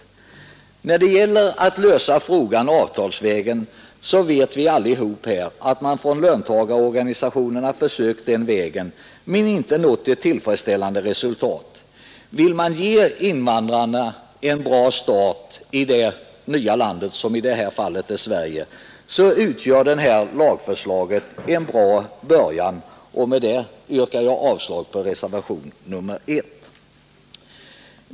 Beträffande möjligheterna att lösa frågan avtalsvägen vet vi alla att löntagarorganisationerna försökt gå den vägen men inte nått ett tillfredsställande resultat. Vill man ge invandrarna en bra start i det nya landet, som i det här fallet är Sverige, utgör det här lagförslaget en bra början, och jag yrkar med detta avslag på reservationen 1.